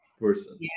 person